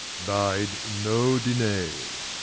bide no denay.